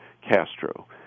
Castro